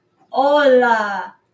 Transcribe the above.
hola